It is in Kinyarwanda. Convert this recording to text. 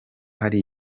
hari